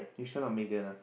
you sure not Megan ah